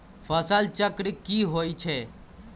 फसल चक्र की होई छै?